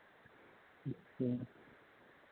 अच्छा